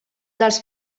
dels